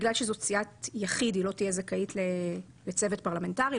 בגלל שזאת סיעת יחיד היא לא תהיה זכאית לצוות פרלמנטרי,